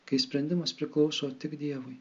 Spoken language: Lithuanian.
kai sprendimas priklauso tik dievui